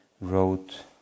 wrote